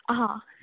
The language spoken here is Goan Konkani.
हां